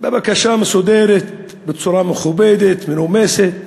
בבקשה מסודרת, בצורה מכובדת ומנומסת,